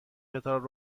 کتاب